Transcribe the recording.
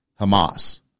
Hamas